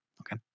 Okay